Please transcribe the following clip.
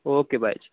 okay bye ਜੀ